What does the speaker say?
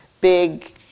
big